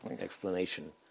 explanation